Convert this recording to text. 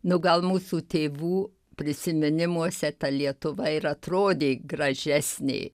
nu gal mūsų tėvų prisiminimuose ta lietuva ir atrodė gražesnė